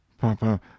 papa